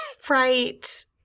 Fright